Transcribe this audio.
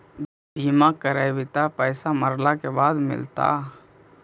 बिमा करैबैय त पैसा मरला के बाद मिलता?